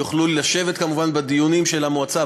הם יוכלו לשבת כמובן בדיונים של המועצה,